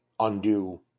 undo